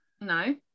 No